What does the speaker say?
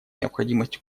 необходимость